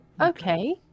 Okay